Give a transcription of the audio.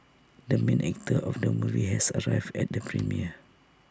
the main actor of the movie has arrived at the premiere